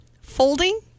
Folding